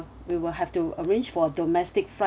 we will have to arrange for domestic flight